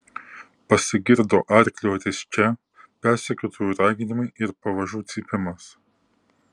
pasigirdo arklio risčia persekiotojų raginimai ir pavažų cypimas